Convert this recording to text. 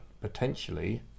potentially